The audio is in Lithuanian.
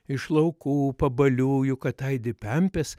iš laukų pabalių juk ataidi pempės